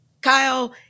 Kyle